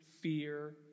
fear